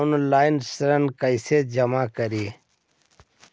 Online ऋण कैसे जमा करी?